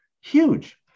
Huge